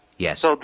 Yes